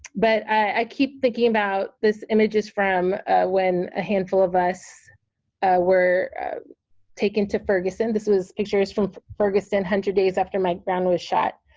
but i keep thinking about this images from when a handful of us were taken to ferguson, this was pictures from ferguson a hundred days after mike brown was shot,